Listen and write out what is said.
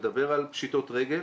מדבר על פשיטות רגל.